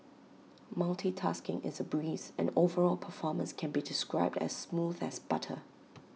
multitasking is A breeze and overall performance can be described as smooth as butter